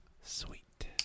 Sweet